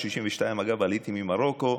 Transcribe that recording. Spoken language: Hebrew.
ב-1962, אגב, עליתי ממרוקו,